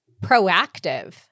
proactive